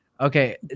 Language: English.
okay